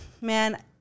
man